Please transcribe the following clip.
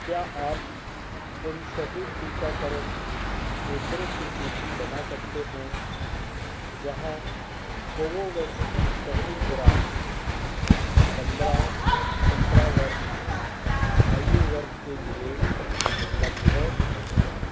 क्या आप उन सभी टीकाकरण केंद्रों की सूचि बना सकते हैं जहाँ कोवोवैक्स की पहली खुराक पंद्रह से सत्रह वर्ष आयु वर्ग के लिए उपलब्ध है